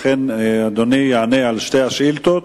לכן, אדוני יענה על שתי השאילתות,